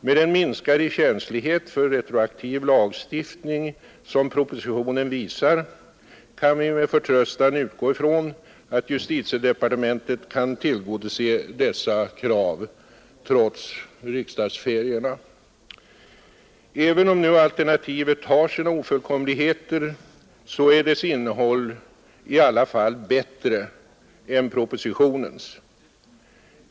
Med den minskade känslighet för retroaktiv lagstiftning som propositionen visar, kan vi med förtröstan utgå från att justitiedepartementet kan tillgodose dessa krav trots riksdagsferierna. Även om nu alternativet har sina ofullkomligheter, så är dess innehåll i alla fall bättre än propositionens.